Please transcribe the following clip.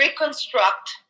reconstruct